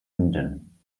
emden